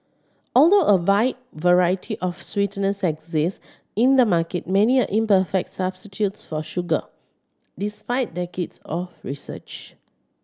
although a wide variety of sweeteners exist in the market many are imperfect substitutes for sugar despite decades of research